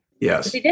Yes